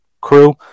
crew